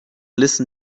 listen